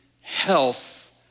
health